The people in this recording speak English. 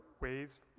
ways